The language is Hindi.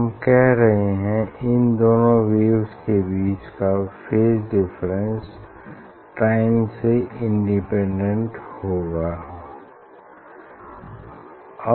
हम कह रहे हैं इन दोनों वेव्स में बीच का फेज डिफरेंस टाइम से इंडिपेंडेंट होना चाहिए